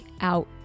out